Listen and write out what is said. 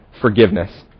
forgiveness